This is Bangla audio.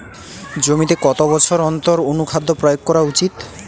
জমিতে কত বছর অন্তর অনুখাদ্য প্রয়োগ করা উচিৎ?